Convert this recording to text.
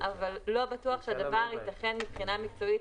אבל לא בטוח שהדבר יתכן מבחינה מקצועית,